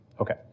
okay